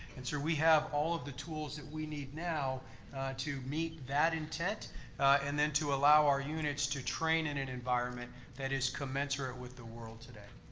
and so we have all of the tools that we need now to meet that intent and then to allow our units to train in an environment that is commensurate with the world today.